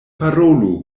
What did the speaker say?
parolu